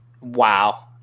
Wow